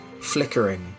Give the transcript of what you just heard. flickering